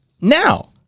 Now